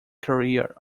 career